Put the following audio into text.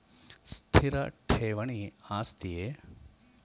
ಸ್ಥಿರ ಠೇವಣಿ ಆಸ್ತಿಯೇ?